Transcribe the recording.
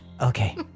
Okay